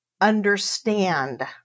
understand